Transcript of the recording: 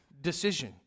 decision